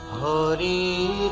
thirty